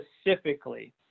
specifically